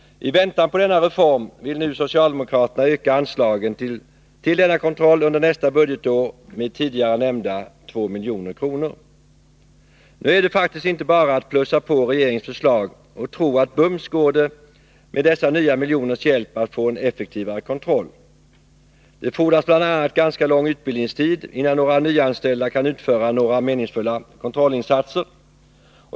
I väntan på denna reform vill nu socialdemokraterna öka anslagen till denna kontroll under nästa budgetår med tidigare nämnda 2 milj.kr. Nu är det faktiskt inte bara att plussa på regeringens förslag och tro att det bums går med dessa nya miljoners hjälp att få en effektivare kontroll. Det fordras bl.a. en ganska lång utbildningstid, innan några nyanställda kan utföra några meningsfulla kontrollinsatser.